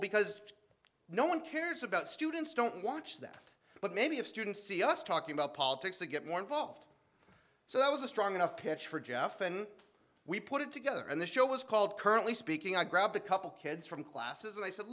because no one cares about students don't watch them but maybe if students see us talking about politics they get more involved so that was a strong enough pitch for jeff and we put it together and the show was called currently speaking i grab a couple kids from classes and i said